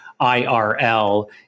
IRL